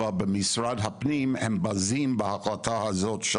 אבל במשרד הפנים הם בזים בהחלטה הזאת של